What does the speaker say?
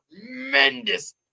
tremendous